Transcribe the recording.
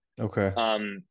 Okay